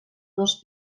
dos